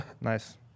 nice